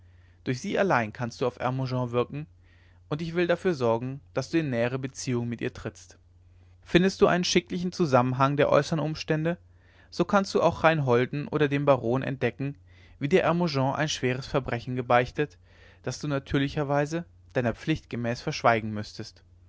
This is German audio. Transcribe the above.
durch sie allein kannst du auf hermogen wirken und ich will dafür sorgen daß du in nähere beziehung mit ihr trittst findest du einen schicklichen zusammenhang der äußern umstände so kannst du auch reinholden oder dem baron entdecken wie dir hermogen ein schweres verbrechen gebeichtet das du natürlicherweise deiner pflicht gemäß verschweigen müßtest